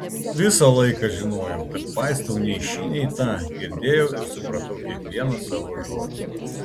visą laiką žinojau kad paistau nei šį nei tą girdėjau ir supratau kiekvieną savo žodį